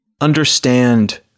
understand